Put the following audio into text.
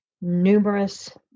numerous